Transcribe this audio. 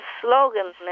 slogans